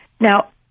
Now